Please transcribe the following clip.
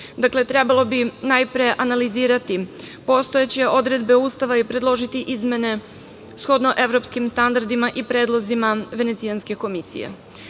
Dakle, trebalo bi najpre analizirati postojeće odredbe Ustava i predložiti izmene, shodno evropskim standardima i predlozima Venecijanske komisije. Svesni